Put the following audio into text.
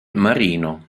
marino